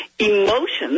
emotions